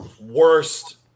Worst